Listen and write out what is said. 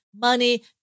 money